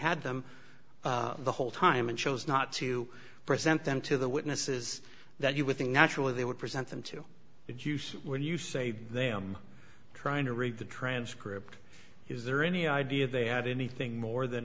had them the whole time and chose not to present them to the witnesses that you would think naturally they would present them to you so when you say them trying to read the transcript is there any idea they had anything more than